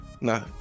no